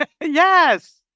Yes